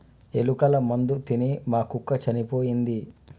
ఎలుకల మందు తిని మా కుక్క చనిపోయింది